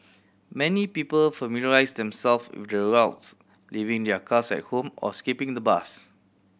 many people familiarised themselves with the routes leaving their cars at home or skipping the bus